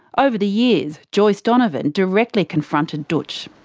over the years, joyce donovan directly confronted dootch.